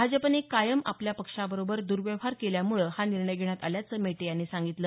भाजपाने कायम आपल्या पक्षा बरोबर दुर्व्यवहार केल्यामुळे हा निर्णय घेण्यात आल्याचं मेटे यांनी सांगितलं